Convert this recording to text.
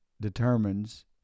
determines